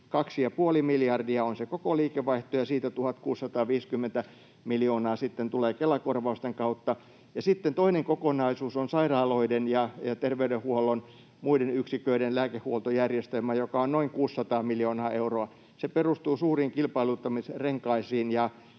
miljardia on se koko liikevaihto, ja siitä 1 650 miljoonaa sitten tulee Kela-korvausten kautta. Ja sitten toinen kokonaisuus on sairaaloiden ja terveydenhuollon muiden yksiköiden lääkehuoltojärjestelmä, joka on noin 600 miljoonaa euroa. Se perustuu suuriin kilpailuttamisrenkaisiin,